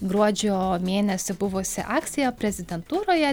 gruodžio mėnesį buvusi akcija prezidentūroje